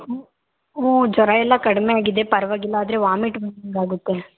ಹ್ಞೂ ಹ್ಞೂ ಜ್ವರ ಎಲ್ಲ ಕಡಿಮೆ ಆಗಿದೆ ಪರವಾಗಿಲ್ಲ ಆದರೆ ವಾಮಿಟ್ ಬಂದಂತೆ ಆಗುತ್ತೆ